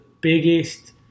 biggest